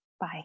Bye